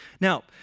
Now